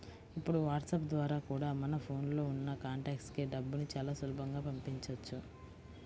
ఇప్పుడు వాట్సాప్ ద్వారా కూడా మన ఫోన్ లో ఉన్న కాంటాక్ట్స్ కి డబ్బుని చాలా సులభంగా పంపించవచ్చు